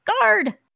guard